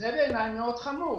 זה בעיני חמור מאוד.